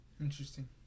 Interesting